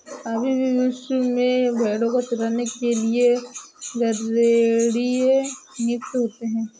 अभी भी विश्व भर में भेंड़ों को चराने के लिए गरेड़िए नियुक्त होते हैं